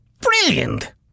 Brilliant